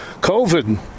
COVID